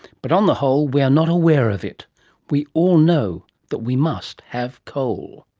but on the whole we are not aware of it we all know that we must have coal.